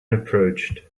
approached